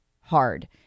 hard